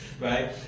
right